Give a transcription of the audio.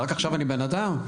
רק עכשיו אני בן אדם?